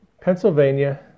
Pennsylvania